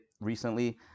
recently